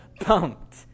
pumped